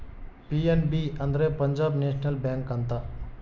PNB ಅಂದ್ರೆ Punjab national bank ಅಂತ